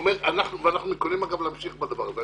ואנחנו מתכוננים להמשיך בדבר הזה.